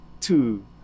two